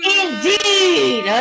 indeed